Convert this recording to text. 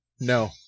No